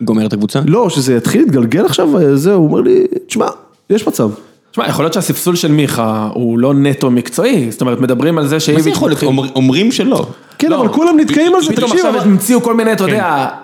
גומר את הקבוצה? לא, שזה יתחיל להתגלגל עכשיו, זהו, הוא אומר לי, תשמע, יש מצב. תשמע, יכול להיות שהספסול של מיכה הוא לא נטו מקצועי, זאת אומרת, מדברים על זה שהאם... מה זה יכול להיות? אומרים שלא. כן, אבל כולם נתקעים על זה, תקשיב. פתאום המציאו עכשיו כל מיני, אתה יודע...